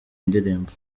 indirimbo